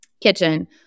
kitchen –